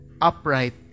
upright